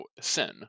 sin